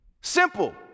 Simple